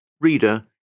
Reader